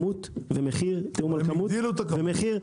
אבל הגדילו את הכמות.